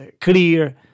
clear